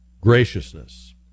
graciousness